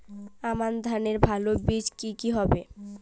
আমান ধানের ভালো বীজ কি কি হবে?